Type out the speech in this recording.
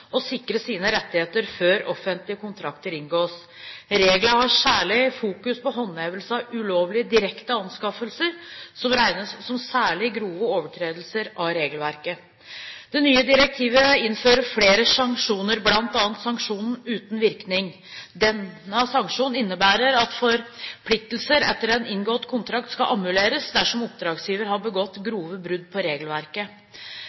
å sikre sine rettigheter før offentlige kontrakter inngås. Reglene har særlig fokus på håndhevelse av ulovlige direkte anskaffelser, som regnes som særlig grove overtredelser av regelverket. Det nye direktivet innfører flere sanksjoner, bl.a. sanksjonen «uten virkning». Denne sanksjonen innebærer at forpliktelser etter en inngått kontrakt skal annulleres dersom oppdragsgiver har begått